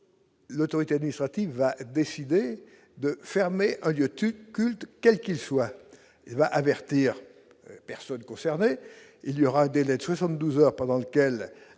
L'autorité administrative a décidé de fermer halieutique culte, quel qu'il soit avertir personne concernée, il y aura un délai de 72 heures pendant lequel